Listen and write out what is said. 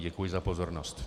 Děkuji za pozornost.